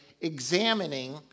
examining